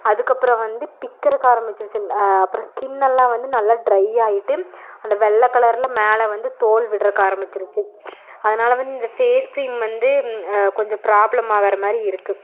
அதுக்கப்புறம் வந்து பிக்கிறதுக்கு ஆரம்மிச்சிருச்சி அப்புறம் ஸ்கின்னெல்லாம் வந்து நல்லா ட்ரை ஆகிட்டு அந்த வெள்ளை கலரில் மேலே வந்து தோல் விடறக்காரம்மிச்சிருச்சி அதனால் வந்து இந்த ஃபேஸ் க்ரீம் வந்து கொஞ்சம் ப்ராப்ளம் ஆகிற மாதிரி இருக்கு